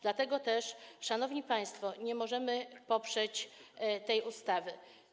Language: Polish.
Dlatego też, szanowni państwo, nie możemy poprzeć tej ustawy.